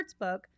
sportsbook